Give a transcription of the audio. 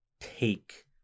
take